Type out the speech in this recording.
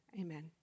Amen